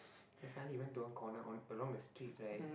then suddenly he went to one corner on along the street right